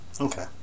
Okay